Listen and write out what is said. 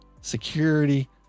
security